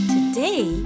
Today